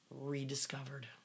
rediscovered